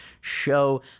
show